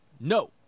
No